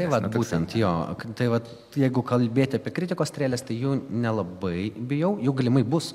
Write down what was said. tai vat būtent jo tai va jeigu kalbėti apie kritikos strėles tai jų nelabai bijau jų galimai bus